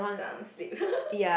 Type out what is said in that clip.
some asleep